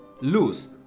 lose